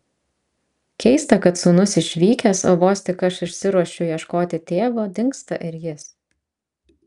keista kad sūnus išvykęs o vos tik aš išsiruošiu ieškoti tėvo dingsta ir jis